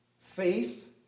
Faith